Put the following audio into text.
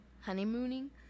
honeymooning